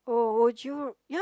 oh would you you know